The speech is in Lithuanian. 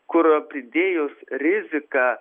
kur pridėjus riziką